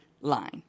line